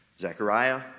Zechariah